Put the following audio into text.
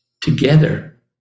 together